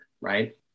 right